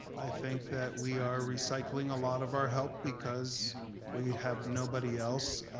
i think that we are recycling a lot of our help, because we have nobody else.